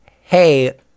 hey